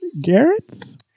garrett's